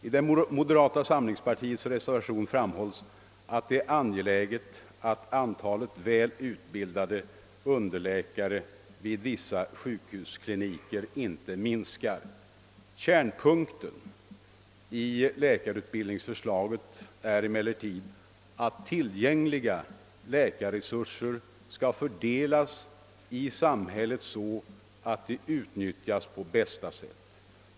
I moderata samlingspartiets reservation framhålles att det är angeläget att antalet välutbildade underläkare vid vissa sjukhuskliniker inte minskar. Kärnpunkten i läkarutbildningsförslaget är emellertid att tillgängliga läkarresurser fördelas så, att de utnyttjas på bästa sätt.